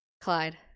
Clyde